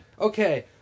Okay